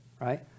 Right